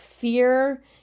fear